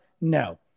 No